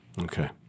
Okay